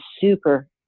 super